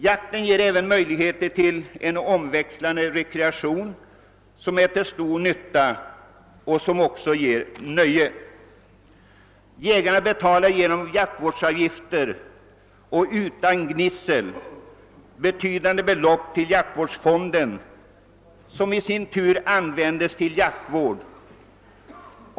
Jakten ger även möjligheter till omväxling och rekreation som är till stor nytta och även skänker nöje. Jägarna betalar genom jaktvårdsavgifter utan gnissel betydande belopp till jaktvårdsfonden, som i sin tur används till jaktvård.